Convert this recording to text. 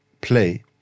play